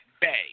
bay